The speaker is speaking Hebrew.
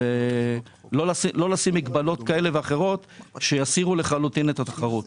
לא לשים מגבלות כאלו ואחרות שיסירו לחלוטין את התחרות.